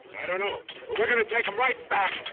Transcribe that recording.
i don't know, but we're going to take them right back.